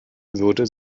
würde